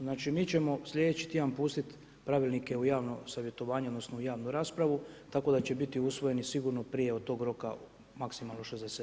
Znači mi ćemo slijedeći tjedan pustit pravilnike u javno savjetovanje odnosno u javnu raspravu tako da će bit usvojeni sigurno prije tog roka maksimalno 60 dana.